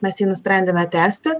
mes jį nusprendėme tęsti